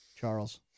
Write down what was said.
Charles